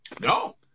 No